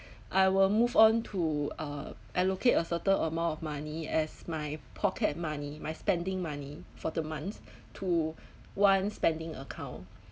I will move on to uh allocate a certain amount of money as my pocket money my spending money for the months to one spending account